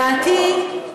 חשוב לי להגיד: דעתי, חבר'ה,